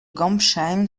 gambsheim